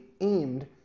aimed